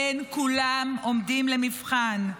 כן, כולם, עומדים למבחן.